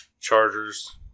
Chargers